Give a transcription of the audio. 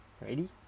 ready